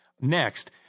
Next